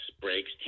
breaks